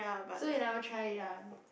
so you never try it ah